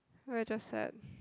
why I just sad